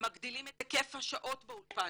מגדילים את היקף השעות באולפן,